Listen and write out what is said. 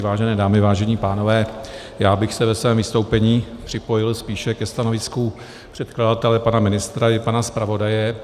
Vážené dámy, vážení pánové, já bych se ve svém vystoupení připojil spíše ke stanovisku předkladatele pana ministra i pana zpravodaje.